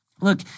Look